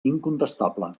incontestable